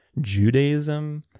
Judaism